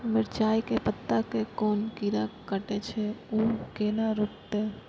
मिरचाय के पत्ता के कोन कीरा कटे छे ऊ केना रुकते?